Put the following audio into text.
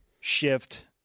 shift